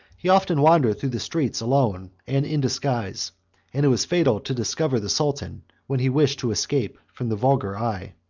he often wandered through the streets alone, and in disguise and it was fatal to discover the sultan, when he wished to escape from the vulgar eye.